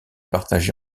partagé